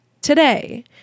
today